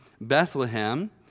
Bethlehem